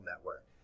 network